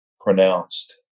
pronounced